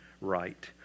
right